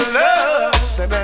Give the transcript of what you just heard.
love